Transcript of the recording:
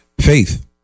Faith